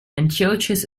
antiochus